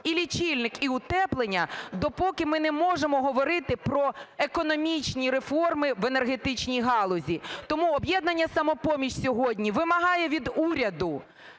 і лічильник, і утеплення), допоки ми не можемо говорити про економічні реформи в енергетичній галузі. Тому "Об'єднання "Самопоміч" сьогодні вимагає від уряду